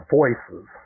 voices